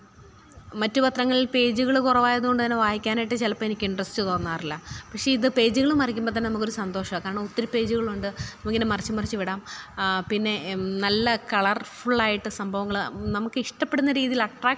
മറ്റു പത്രങ്ങളിൽ പേജുകള് കുറവായതുകൊണ്ടുതന്നെ വായിക്കാനായിട്ട് ചിലപ്പെനിക്കിൻട്രസ്റ്റ് തോന്നാറില്ല പക്ഷേ ഇത് പേജുകള് മറിക്കുമ്പോള്ത്തന്നെ നമുക്കൊരു സന്തോഷമാണ് കാരണം ഒത്തിരി പേജുകളുണ്ട് നമുക്കിങ്ങനെ മറിച്ച് മറിച്ച് വിടാം പിന്നെ നല്ല കളർഫുള്ളായിട്ട് സംഭവങ്ങള് നമുക്കിഷ്ടപ്പെടുന്ന രീതിയിലട്ട്രാക്റ്റ്